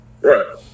Right